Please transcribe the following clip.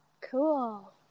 cool